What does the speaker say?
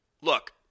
look